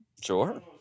Sure